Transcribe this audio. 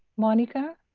monica?